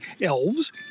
elves